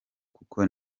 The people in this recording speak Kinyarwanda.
kuko